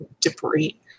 debris